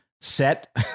set